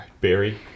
Barry